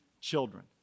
children